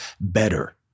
better